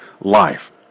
life